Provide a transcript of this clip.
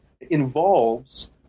involves